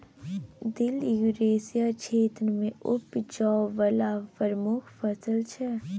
दिल युरेसिया क्षेत्र मे उपजाबै बला प्रमुख फसल छै